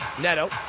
Neto